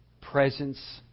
presence